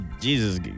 Jesus